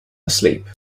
asleep